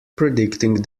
predicting